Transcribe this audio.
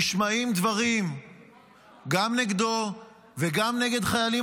נשמעים דברים גם נגדו וגם נגד חיילים